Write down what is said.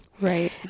Right